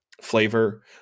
flavor